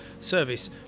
service